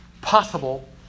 possible